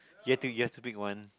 you have you have to pick one